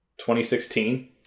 2016